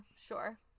sure